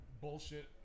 bullshit